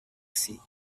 sea